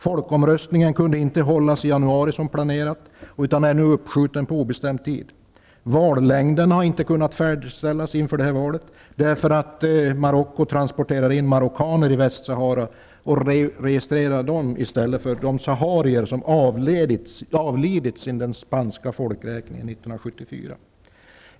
Folkomröstningen kunde inte hållas i januari som planerat utan är nu uppskjuten på obestämd tid. Vallängderna har inte kunnat färdigställas inför valet, därför att Marocko transporterar in marockaner i Västsahara och registrerar dessa i stället för de saharier som avlidit sedan den spanska folkräkningen gjordes 1974.